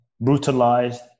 brutalized